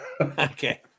Okay